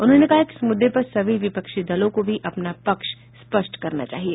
उन्होंने कहा कि इस मुद्दे पर सभी विपक्षी दलों को भी अपना पक्ष स्पष्ट करना चाहिए